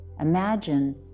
imagine